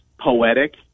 poetic